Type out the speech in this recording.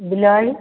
blouse